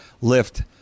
lift